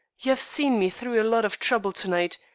you have seen me through a lot of trouble to-night.